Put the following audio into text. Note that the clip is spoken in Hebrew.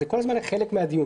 זה כל הזמן היה חלק מהדיון.